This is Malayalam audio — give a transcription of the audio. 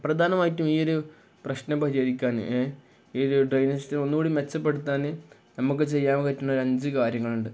പ്രധാനമായിട്ടും ഈയൊരു പ്രശ്നം പരിഹരിക്കാന് ഈ ഒരു ഡ്രെയ്നേജ് സിസ്റ്റം ഒന്നുകൂടി മെച്ചപ്പെടുത്താന് നമുക്കു ചെയ്യാൻ പറ്റുന്ന ഒരഞ്ചു കാര്യങ്ങളുണ്ട്